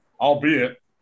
Albeit